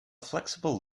flexible